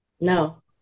No